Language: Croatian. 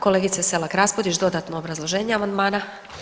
Kolegice Selak-Raspudić dodatno obrazloženje amandmana?